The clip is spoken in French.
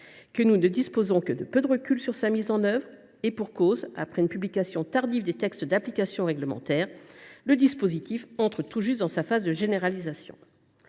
? Nous ne disposons que de peu de recul sur sa mise en œuvre ; et pour cause : après une publication tardive des textes d’application réglementaire, le dispositif entre tout juste dans sa phase de généralisation.